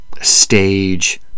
stage